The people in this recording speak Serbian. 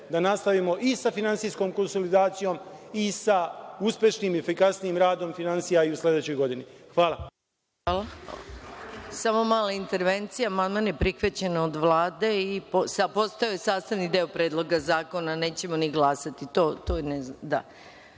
da nastavimo i sa finansijskom konsolidacijom i sa uspešnim i efikasnijim radom finansija i u sledećoj godini. Hvala. **Maja Gojković** Samo mala intervencija. Amandman je prihvaćen od Vlade i postao je sastavni deo predloga zakona. Nećemo ni glasati. Boško